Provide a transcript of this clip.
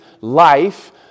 life